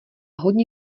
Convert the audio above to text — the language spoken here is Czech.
hodně